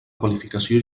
qualificació